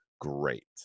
Great